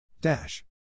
Dash